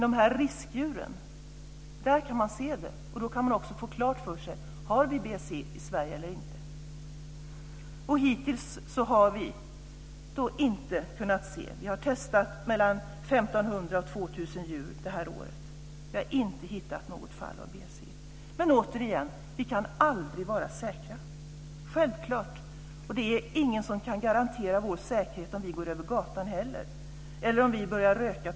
I riskdjuren kan man se detta, och då går det att få klart för sig om det finns BSE i Sverige eller inte. Hittills har vi inte sett detta. Vi har testat mellan 1 500 och 2 000 djur det här året. Vi har inte hittat något fall av BSE. Men återigen: Vi kan självklart aldrig vara säkra. Det är ingen som kan garantera vår säkerhet när vi går över gatan eller om vi börjar röka.